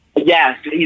Yes